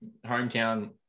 hometown